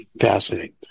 fascinating